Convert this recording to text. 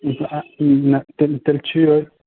نہَ تمٔۍ تیٚلہِ چھُ اوٗر